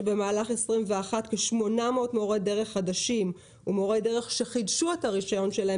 שבמהלך 2021 כ-800 מורי דרך חדשים ומורי דרך שחידשו את הרישיון שלהם